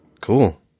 Cool